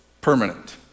permanent